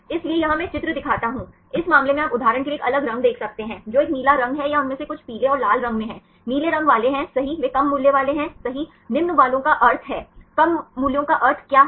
इसलिए यहां मैं चित्र दिखाता हूं इस मामले में आप उदाहरण के लिए एक अलग रंग देख सकते हैं जो एक नीला रंग है या उनमें से कुछ पीले और लाल रंग में हैं नीले रंग वाले हैं सही वे कम मूल्यों वाले हैं सही निम्न मानों का अर्थ है कम मूल्यों का अर्थ क्या है